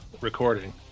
recording